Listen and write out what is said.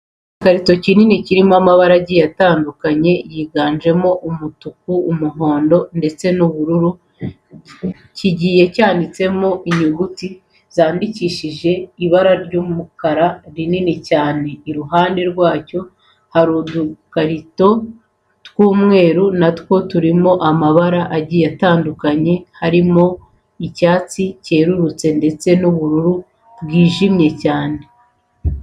Igikarito kinini kirimo amabara agiye atandukanye yiganjemo umutuku, umuhondo ndetse n'umukara, kigiye cyanditsemo inyuguti zandikishijwe ibara ry'umukara nini cyane. Iruhande rwacyo hari udukarita tw'umweru na two turimo amabara agiye atandukanye arimo icyatsi cyerurutse ndetse n'ubururu bwijimye cyane.